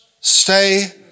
stay